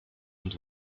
und